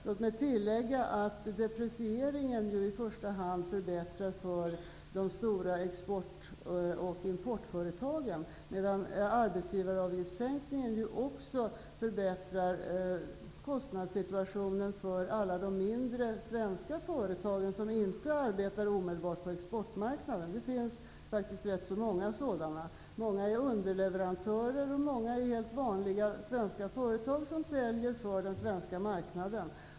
Låt mig tillägga att deprecieringen i första hand förbättrar för de stora export och importföretagen, medan sänkningen av arbetsgivaravgiften också förbättrar kostnadssituationen för alla de mindre svenska företag som inte arbetar omedelbart på exportmarknaden. Det finns faktiskt rätt så många sådana. Många är underleverantörer, och många är helt vanliga svenska företag som säljer på den svenska marknaden.